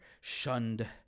shunned